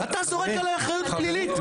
אתה זורק עלי אחריות פלילית.